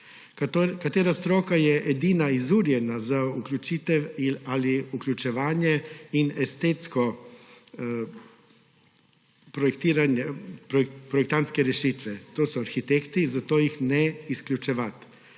Katera stroka je edina izurjena za vključevanje in estetske projektantske rešitve? To so arhitekti, zato jih ne izključevati.